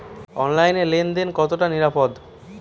অনলাইনে লেন দেন কতটা নিরাপদ?